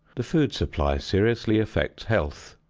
the food supply seriously affects health.